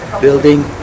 building